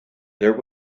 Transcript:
there